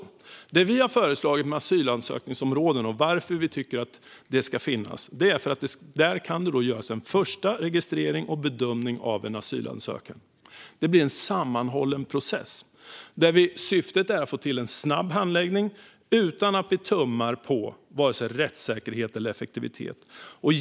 Anledningen till att vi har föreslagit asylansökningsområden och tycker att de ska finnas är att det där kan göras en första registrering och bedömning av en asylansökan. Det blir en sammanhållen process. Syftet är att få till en snabb handläggning utan att det tummas på vare sig rättssäkerhet eller effektivitet.